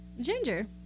Ginger